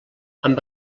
amb